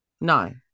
No